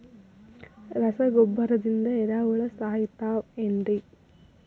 ರಸಗೊಬ್ಬರದಿಂದ ಏರಿಹುಳ ಸಾಯತಾವ್ ಏನ್ರಿ?